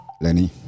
Lenny